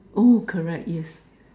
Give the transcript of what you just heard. oh correct yes